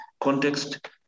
context